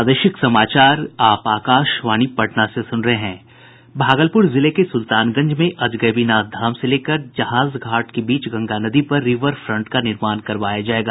भागलपुर जिले के सुल्तानगंज में अजगैबीनाथ धाम से लेकर जहाज घाट के बीच गंगा नदी पर रीवर फ़ंट का निर्माण करवाया जायेगा